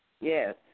Yes